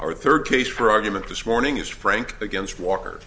our third piece for argument this morning is frank against walker